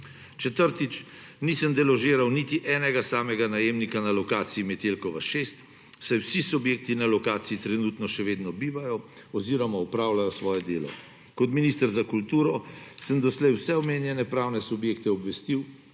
Četrtič. Nisem deložiral niti enega samega najemnika na lokaciji Metelkova 6, saj vsi subjekti na lokaciji trenutno še vedno bivajo oziroma opravljajo svoje delo. Kot minister za kulturo sem doslej vse omenjene pravne subjekte obvestil,